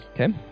Okay